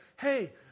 hey